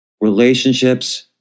Relationships